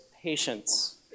patience